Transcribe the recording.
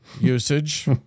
usage